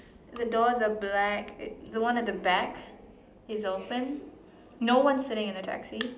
the door the black the one at the back is open no one's sitting in the taxi